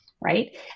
right